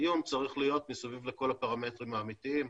הדיון צריך להיות מסביב לכל הפרמטרים האמיתיים,